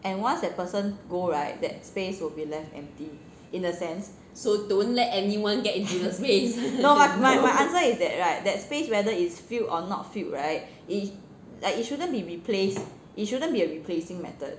and once that person go right that space will be left empty in a sense no no my my answer is that right that space whether is filled or not filled right it like it shouldn't be replaced it shouldn't be a replacing method